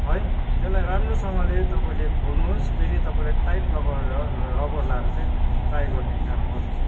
है त्यसलाई राम्रोसँगले तपाईँले खोल्नुहोस् फेरि तपाईँले टाइट लगाएर रबर लाएर चाहिँ ट्राई गर्ने काम गर्नुहोस्